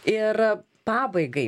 ir pabaigai